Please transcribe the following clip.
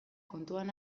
kontuan